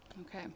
Okay